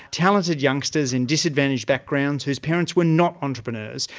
talented youngsters in disadvantaged backgrounds whose parents were not entrepreneurs,